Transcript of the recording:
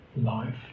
life